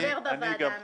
הוא חבר בוועדה המייעצת.